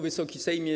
Wysoki Sejmie!